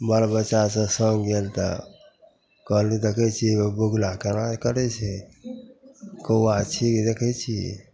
बाल बच्चासभ सभ गेल तऽ कहलहुँ देखै छिए बगुला कोना करै छै कौआ चील देखै छिए